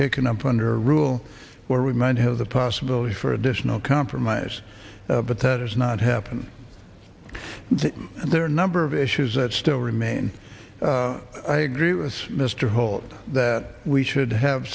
taken up under rule where we might have the possibility for additional compromise but that has not happened and there are a number of issues that still remain i agree with mr holt that we should have